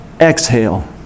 exhale